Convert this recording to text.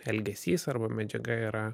elgesys arba medžiaga yra